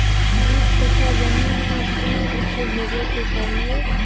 बीस कट्ठा जमीन में कितने उपज होबे के चाहिए?